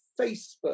Facebook